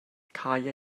cau